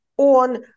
on